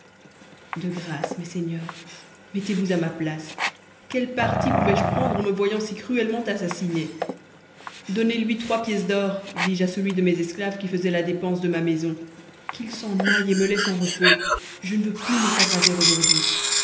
de grâce mes seigneurs mettez-vous à ma place quel parti pouvais-je prendre en me voyant si cruellement assassiné donnezlui trois pièces d'or dis-je à celui de mes esclaves qui faisait la dépense de ma maison qu'il s'en aille et me laisse en repos je ne veux plus me faire raser aujourd'hui